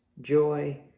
joy